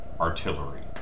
artillery